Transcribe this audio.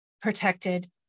protected